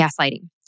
gaslighting